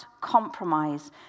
compromise